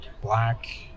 black